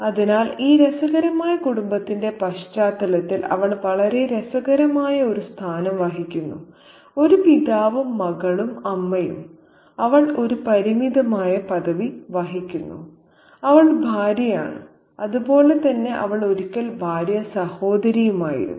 അതിനാൽ ഈ രസകരമായ കുടുംബത്തിന്റെ പശ്ചാത്തലത്തിൽ അവൾ വളരെ രസകരമായ ഒരു സ്ഥാനം വഹിക്കുന്നു ഒരു പിതാവും മകളും അമ്മയും അവൾ ഒരു പരിമിതമായ പദവി വഹിക്കുന്നു അവൾ ഭാര്യയാണ് അതുപോലെ തന്നെ അവൾ ഒരിക്കൽ ഭാര്യാ സഹോദരിയും ആയിരുന്നു